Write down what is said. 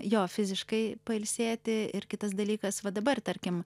jo fiziškai pailsėti ir kitas dalykas va dabar tarkim